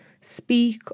speak